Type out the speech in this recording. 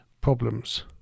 problems